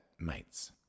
mates